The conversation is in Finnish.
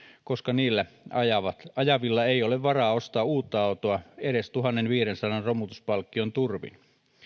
koska niillä ajavilla ajavilla ei ole varaa ostaa uutta autoa edes tuhannenviidensadan romutuspalkkion turvin